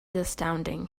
astounding